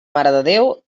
marededéu